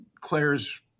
Claire's